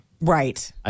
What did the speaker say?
right